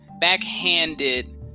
backhanded